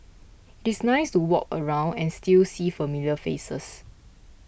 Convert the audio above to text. it is nice to walk around and still see familiar faces